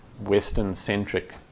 Western-centric